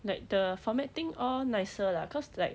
like the formatting all nicer lah cause like